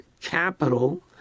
capital